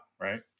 right